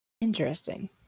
Interesting